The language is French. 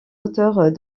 auteurs